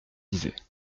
disait